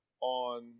on